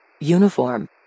Uniform